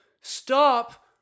Stop